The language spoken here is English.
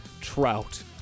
trout